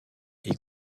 est